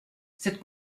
cette